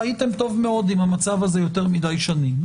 חייבתם טוב מאוד עם המצב הזה יותר מדי שנים.